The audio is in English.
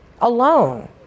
alone